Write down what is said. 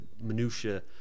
minutiae